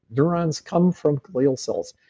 neurons come from glial cells,